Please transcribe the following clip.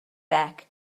back